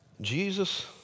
Jesus